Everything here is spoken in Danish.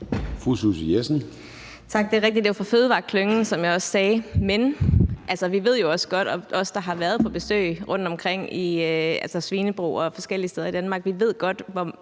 Fru Susie Jessen.